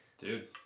Dude